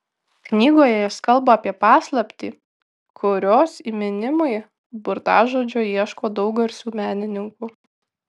knygoje jis kalba apie paslaptį kurios įminimui burtažodžio ieško daug garsių menininkų